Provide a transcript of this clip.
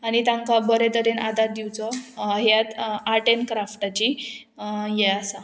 आनी तांकां बरे तरेन आदार दिवचो हेत आर्ट एंड क्राफ्टाची हे आसा